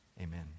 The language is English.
Amen